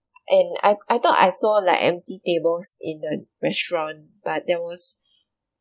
and I thought I thought I saw like empty tables in the restaurant but there was